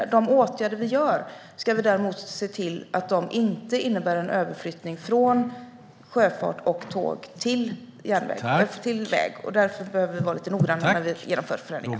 Vi ska däremot se till att de åtgärder vi vidtar inte innebär en överflyttning från sjöfart och tåg till väg. Därför behöver vi vara lite noggranna när vi genomför förändringar.